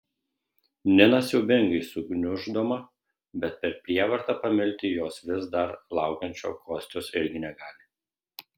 nina siaubingai sugniuždoma bet per prievartą pamilti jos vis dar laukiančio kostios irgi negali